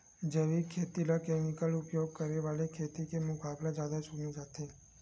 जैविक खेती ला केमिकल उपयोग करे वाले खेती के मुकाबला ज्यादा चुने जाते